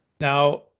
Now